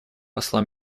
посла